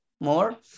more